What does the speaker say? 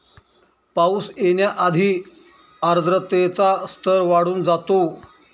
पाऊस येण्याआधी आर्द्रतेचा स्तर वाढून जातो